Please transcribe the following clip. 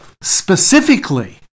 specifically